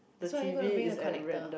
so are you gonna bring the connector